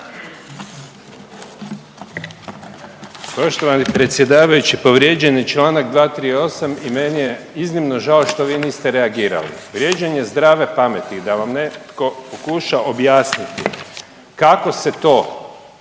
Poštovani predsjedavajući, povrijeđen je čl. 238. i meni je iznimno žao što vi niste reagirali. Vrijeđanje zdrave pameti da vam netko pokuša objasniti kako se to